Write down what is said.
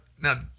now